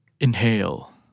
inhale